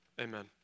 Amen